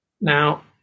now